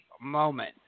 moment